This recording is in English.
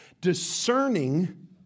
discerning